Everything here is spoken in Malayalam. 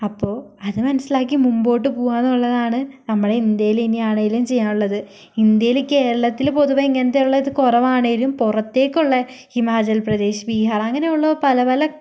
അപ്പൊ അത് മനസ്സിലാക്കി മുമ്പോട്ട് പോവാമെന്നുള്ളതാണ് നമ്മുടെ ഇന്ത്യയിൽ ഇനിയാണെങ്കിലും ചെയ്യാനുള്ളത് ഇന്ത്യയിൽ കേരളത്തിൽ പൊതുവെ ഇങ്ങനത്തെ ഉള്ള ഇത് കുറവാണെങ്കിലും പുറത്തേക്കുള്ള ഹിമാചൽ പ്രദേശ് ബീഹാർ അങ്ങനെയുള്ള പല പല